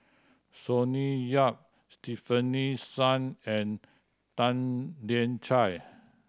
Sonny Yap Stefanie Sun and Tan Lian Chye